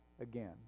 again